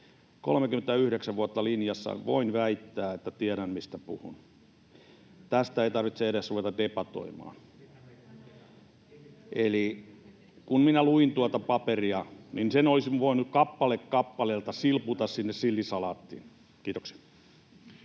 39 vuotta linjassa — voin väittää, että tiedän, mistä puhun. Tästä ei tarvitse edes ruveta debatoimaan. Eli kun minä luin tuota paperia, niin sen olisin voinut kappale kappaleelta silputa sinne sillisalaattiin. — Kiitoksia.